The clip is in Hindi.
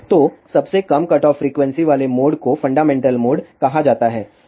तो सबसे कम कटऑफ फ्रीक्वेंसी वाले मोड को फंडामेंटल मोड कहा जाता है